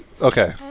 okay